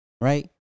Right